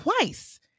twice